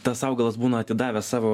tas augalas būna atidavęs savo